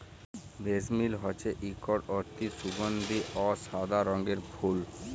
জেসমিল হছে ইকট অতি সুগাল্ধি অ সাদা রঙের ফুল